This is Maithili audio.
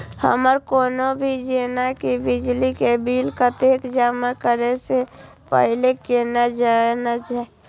हमर कोनो भी जेना की बिजली के बिल कतैक जमा करे से पहीले केना जानबै?